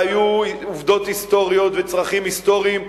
היו עובדות וצרכים היסטוריים.